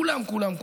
כולם,